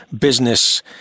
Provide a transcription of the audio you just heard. business